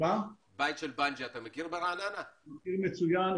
מכיר מצוין.